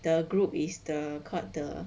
the group is the court 的